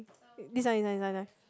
this one this one this one this one